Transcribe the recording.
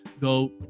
go